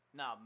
no